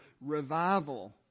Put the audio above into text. revival